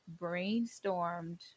brainstormed